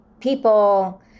people